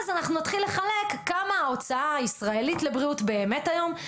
אז אנחנו נתחיל לחלק כמה ההוצאה הישראלית לבריאות באמת היום,